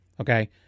okay